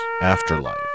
Afterlife